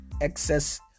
excess